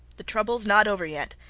the troubles not over yet,